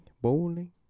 bowling